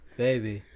baby